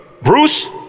Bruce